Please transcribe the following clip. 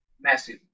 Massive